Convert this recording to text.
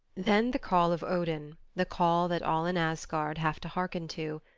then the call of odin, the call that all in asgard have to harken to,